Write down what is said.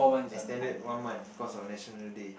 extended one month cause of National Day